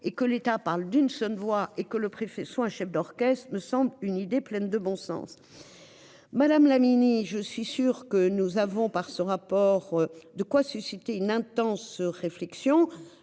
et que l'État parle d'une seule voix et que le préfet soit un chef d'orchestre de me semble une idée pleine de bon sens. Madame la mini-je suis sûr que nous avons par ce rapport. De quoi susciter une intense réflexion.